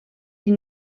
die